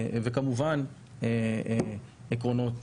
כמובן, עקרונות